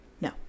no